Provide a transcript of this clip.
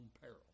peril